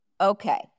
Okay